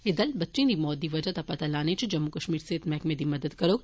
एह् दल बच्चें दी मौत दी बजह दा पता लाने च जम्मू कश्मीर सेहत मैहकमे दी मदद करौग